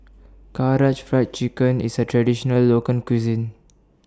Karaage Fried Chicken IS A Traditional Local Cuisine